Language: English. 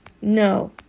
No